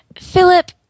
Philip